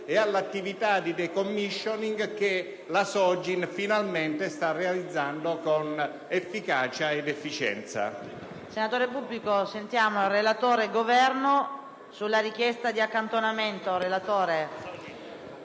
e all'attività di *decommissioning* che la Sogin sta finalmente realizzando con efficacia e efficienza.